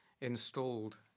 installed